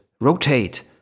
rotate